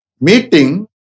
Meeting